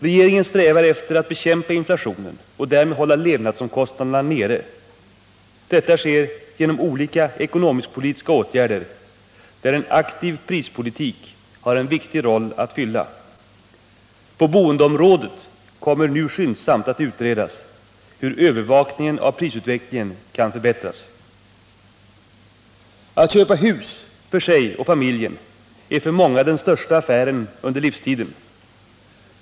Regeringen strävar efter att bekämpa inflationen och därmed hålla levnadsomkostnaderna nere. Detta sker genom olika ekonomisk-politiska åtgärder, där en aktiv prispolitik har en viktig roll att fylla. På boendeområdet kommer nu skyndsamt att utredas hur övervakningen av prisutvecklingen kan förbättras. Att köpa hus för sig och familjen är för många den största affären under livstiden.